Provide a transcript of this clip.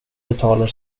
betalar